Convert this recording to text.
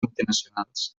multinacionals